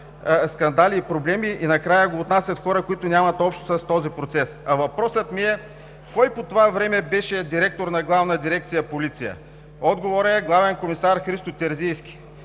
скандали и проблеми, и накрая го отнасят хора, които нямат общо с този процес.“ Въпросът ми е: кой по това време беше директор на Главна дирекция „Полиция“? Отговорът е: главен комисар Христо Терзийски.